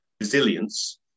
resilience